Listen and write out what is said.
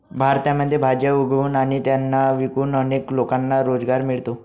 भारतामध्ये भाज्या उगवून आणि त्यांना विकून अनेक लोकांना रोजगार मिळतो